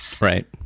Right